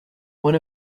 one